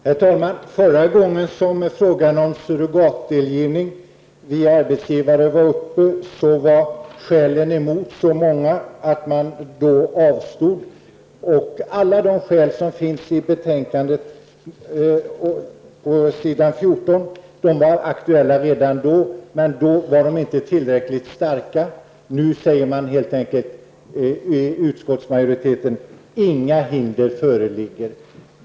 Herr talman! Förra gången som frågan om surrogatdelgivning genom arbetsgivare var uppe var skälen emot så många att man avstod från att införa en sådan regel. Alla de skäl som nu anförs i betänkandet på s. 14 var aktuella redan då, men de ansågs inte vara tillräckligt starka. Nu säger utskottsmajoriteten helt enkelt: Inga hinder föreligger.